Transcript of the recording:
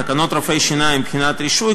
תקנות רופאי השיניים (בחינת רישוי),